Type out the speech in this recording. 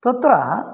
तत्र